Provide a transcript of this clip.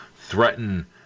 threaten